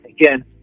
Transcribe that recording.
again